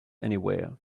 anywhere